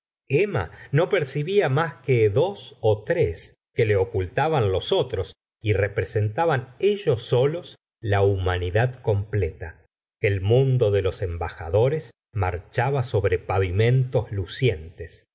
emma no percibía más que dos ó tres que le ocultaban los otros y representaban ellos ses la humanidad completa el mundo de los embajafiores marchaba sobre pavimentos lucientes